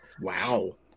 Wow